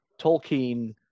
Tolkien –